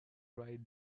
ride